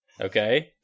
Okay